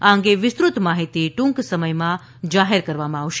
આ અંગે વિસ્તૃત માહિતી ટૂંક સમયમાં જાહેર કરવામાં આવશે